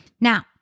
Now